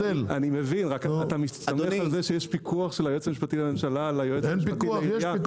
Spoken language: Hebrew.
אתה סומך על זה שיש פיקוח של היועץ המשפטי לממשלה- -- יש פיקוח.